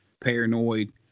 Paranoid